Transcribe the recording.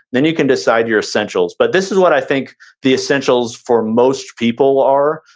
then you can decide your essentials. but this is what i think the essentials for most people are.